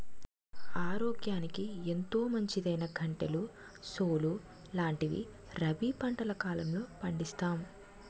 ఆరోగ్యానికి ఎంతో మంచిదైనా గంటెలు, సోలు లాంటివి రబీ పంటల కాలంలో పండిస్తాం